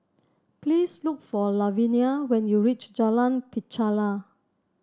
please look for Lavinia when you reach Jalan Pacheli